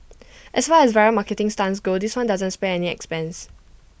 as far as viral marketing stunts go this one doesn't spare any expense